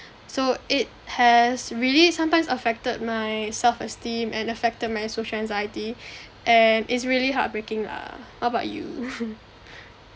so it has really sometimes affected my self esteem and affected my social anxiety and it's really heartbreaking lah how about you